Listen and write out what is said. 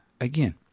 again